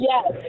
Yes